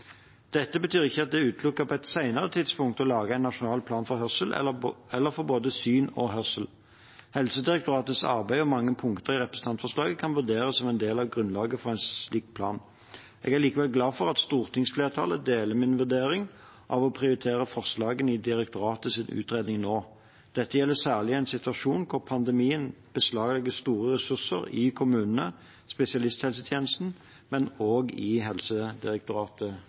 Dette betyr ikke at det er utelukket på et senere tidspunkt å lage en nasjonal plan for hørsel eller for både syn og hørsel. Helsedirektoratets arbeid og mange punkter i representantforslaget kan vurderes som en del av grunnlaget for en slik plan. Jeg er likevel glad for at stortingsflertallet deler min vurdering av å prioritere forslagene i direktoratets utredning nå. Det gjelder særlig i en situasjon hvor pandemien beslaglegger store ressurser i kommunene og spesialisthelsetjenesten, men også i Helsedirektoratet.